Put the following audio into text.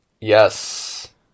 yes